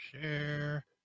share